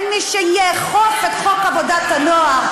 אין מי שיאכוף את חוק עבודת הנוער.